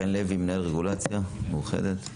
חן לוי, מנהל רגולציה, קופת חולים מאוחדת.